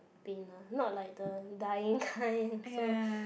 pain lah not like the dying kind so